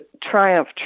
triumph